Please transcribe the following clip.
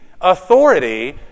authority